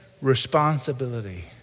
responsibility